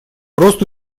росту